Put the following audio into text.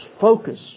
focus